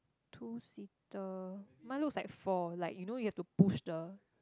two seater mine looks like four like you know you have to push the